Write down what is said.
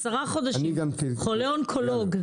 עשרה חודשים המתנה לחולה אונקולוגיה.